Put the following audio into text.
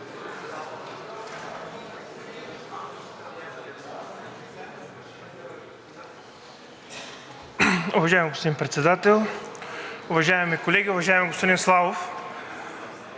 Уважаеми господин Председател, уважаеми колеги! Уважаеми господин Славов,